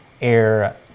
air